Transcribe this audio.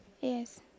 Yes